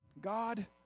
God